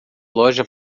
loja